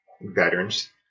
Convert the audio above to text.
veterans